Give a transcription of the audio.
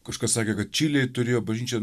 kažkas sakė kad čilėj turėjo bažnyčia